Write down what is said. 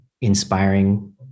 inspiring